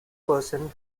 person